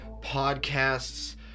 podcasts